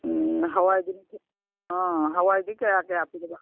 ꯑꯥ ꯍꯋꯥꯏꯗꯤ ꯀꯌꯥ ꯀꯌꯥ ꯄꯤꯕ